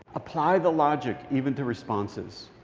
apply the logic even to responses.